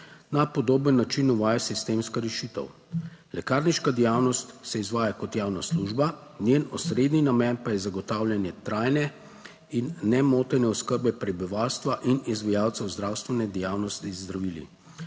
na podoben način uvaja sistemska rešitev. Lekarniška dejavnost se izvaja kot javna služba, njen osrednji namen pa je zagotavljanje trajne in nemotene oskrbe prebivalstva in izvajalcev zdravstvene dejavnosti z zdravili.